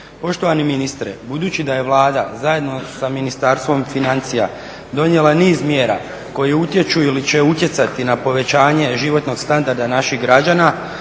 Poštovani ministre, budući da je Vlada zajedno sa Ministarstvom financija donijela niz mjera koje utječu ili će utjecati na povećanje životnog standarda naših građana,